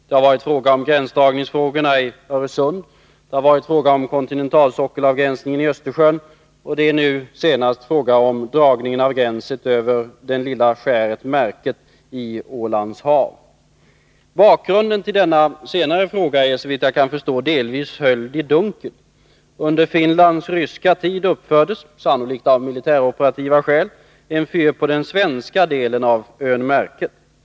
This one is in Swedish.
Det har gällt gränsdragningen i Öresund, kontinentalsockelavgränsningen i Östersjön och, nu senast, dragningen av gränsen över det lilla skäret Märket i Ålands hav. Bakgrunden till denna senare fråga är, såvitt jag kan förstå, delvis höljd i dunkel. Under Finlands ryska tid uppfördes, sannolikt av militäroperativa skäl, en fyr på den svenska delen av ön Märket.